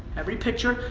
every picture,